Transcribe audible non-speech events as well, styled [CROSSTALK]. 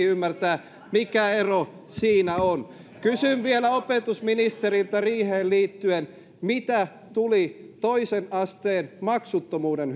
[UNINTELLIGIBLE] ymmärtää mikä ero siinä on kysyn vielä opetusministeriltä riiheen liittyen mitä tuli toisen asteen maksuttomuuden [UNINTELLIGIBLE]